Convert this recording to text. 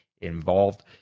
involved